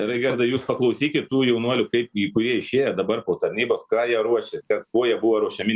raigardai jūs paklausykit tų jaunuolių kaip į kurie išėję dabar po tarnybos ką jie ruošia ko jie buvo ruošiami